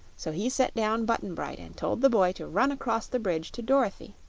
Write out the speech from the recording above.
so he set down button-bright and told the boy to run across the bridge to dorothy.